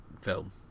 film